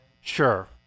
Sure